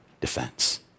defense